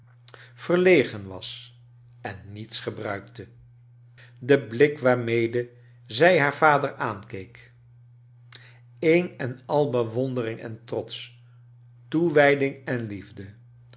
verlegen was en niets gebruikte de blik waarmede zij haar vader aankeek een en al bewondering en trots toewijding en liefde